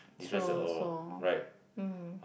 true also mm